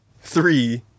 three